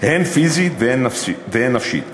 הן פיזית והן נפשית.